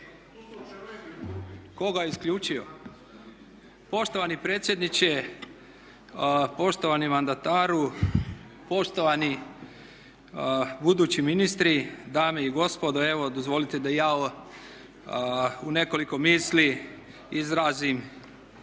(Nezavisni)** Poštovani predsjedniče, poštovani mandataru, poštovani budući ministri, dame i gospodo. Evo dozvolite da i ja u nekoliko misli izrazim